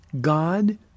God